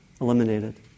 eliminated